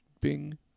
Bing